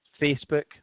Facebook